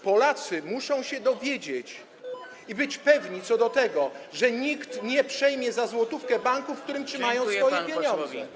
Polacy muszą się dowiedzieć i być pewni co do tego, że nikt nie przejmie za złotówkę banku, w którym trzymają swoje pieniądze.